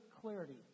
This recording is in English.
clarity